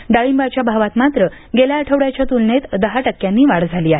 डाळींबाच्या भावात मात्र गेल्या आठवड्याच्या तुलनेत दहा टक्क्यांची वाढ झाली आहे